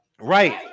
right